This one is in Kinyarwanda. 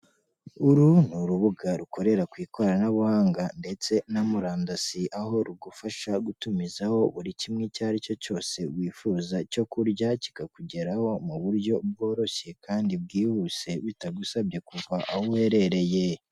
Uru ni urubuga rukorera ku ikoranabuhanga ndetse na murandasi. Aho rugufasha gutumizaho buri kimwe icyo aricyo cyose wifuza cyo kurya kikakugeraho mu buryo bworoshye kandi bwihuse bitagusabye kuva aho uherereye.